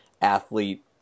athlete